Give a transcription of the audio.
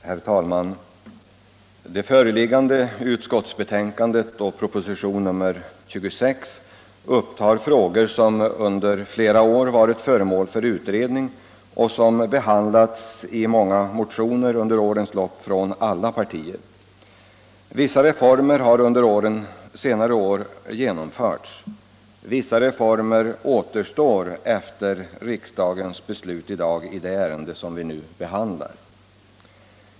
Herr talman! Det föreliggande utskottsbetänkandet och propositionen 26 upptar frågor som under lång tid har varit föremål för utredning och som behandlats i många motioner från alla partier under årens lopp. Vissa reformer har under senare år genomförts, vissa reformer återstår efter riksdagens beslut i dag i det ärende som vi nu behandlar.